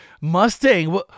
Mustang